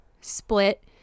split